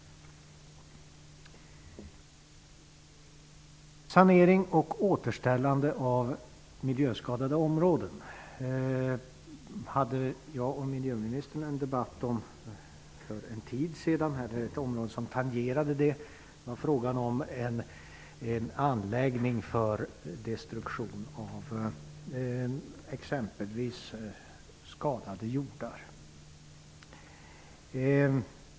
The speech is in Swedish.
För en tid sedan hade jag och miljöministern en debatt om sanering och återställning av miljöskadade områden -- eller som tangerade det. Det var fråga om en anläggning för destruktion av exempelvis skadade jordar.